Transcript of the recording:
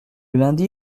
lundi